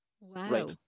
Wow